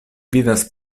vidas